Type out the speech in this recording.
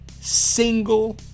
single